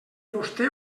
vostè